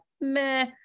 meh